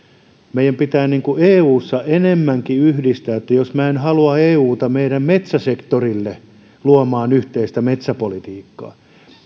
meidän pitää eussa enemmänkin yhdistää minä en halua euta meidän metsäsektorillemme luomaan yhteistä metsäpolitiikkaa